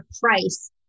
Price